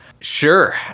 Sure